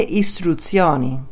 istruzioni